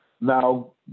Now